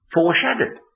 Foreshadowed